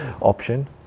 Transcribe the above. option